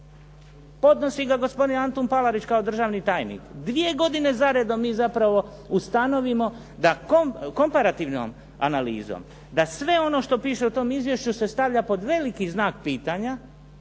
Podnosi ga gospodin Antun Palarić kao državni tajnik. Dvije godine za redom mi zapravo ustanovimo da komparativnom analizom da sve ono što piše u tom izvješću se stavlja pod veliki znak pitanja